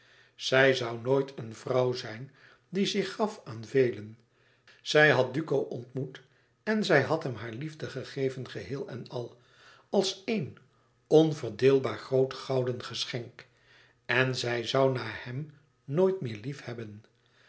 zij zoû nooit een vrouw zijn die zich gaf aan velen zij had duco ontmoet en zij had hem hare liefde gegeven geheel en al als éen onverdeelbaar groot gouden geschenk en zij zoû na hem nooit meer liefhebben